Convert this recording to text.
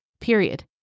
period